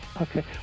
Okay